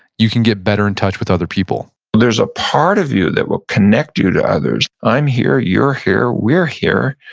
you can get better in touch with other people there's a part of you that will connect you to others. i'm here, you're here, we're here.